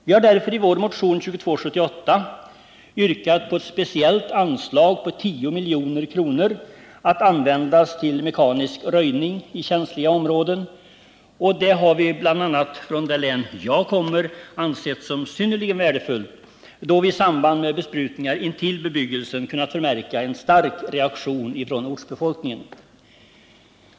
Vi har därför i vår motion nr 2278 yrkat på ett speciellt anslag på 10 milj.kr. att användas till mekanisk röjning i känsliga områden, och det har vi bl.a. i det län jag kommer från ansett som synnerligen värdefullt, då vi i samband med besprutningar intill bebyggelsen kunnat förmärka en stark reaktion från ortsbefolkningen.